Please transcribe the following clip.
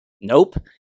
Nope